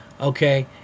Okay